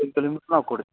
kilometre ನಾವು ಕೊಡ್ತೀವಿ